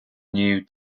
new